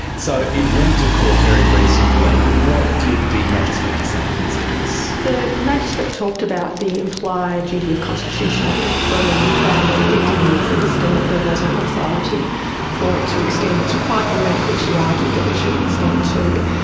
so it went to court very recently. what did the magistrates decide in this case? the magistrate talked about the implied duty of constitutional freedom and found that it didn't exist and that there wasn't authority for it to extend to to quite the length that she argued that it should extend to.